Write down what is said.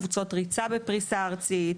קבוצות ריצה בפריסה ארצית,